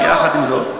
יחד עם זאת,